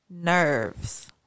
nerves